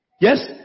Yes